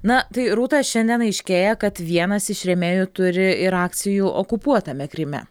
na tai rūta šiandien aiškėja kad vienas iš rėmėjų turi ir akcijų okupuotame kryme